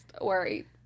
worry